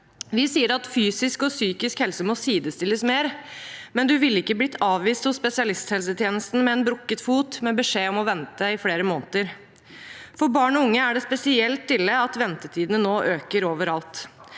Vi sier at fysisk og psykisk helse må sidestilles mer. Man ville ikke ha blitt avvist hos spesialisthelsetjenesten med en brukket fot med beskjed om å vente i flere måneder. For barn og unge er det spesielt ille at ventetiden nå øker overalt.